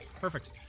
Perfect